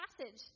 passage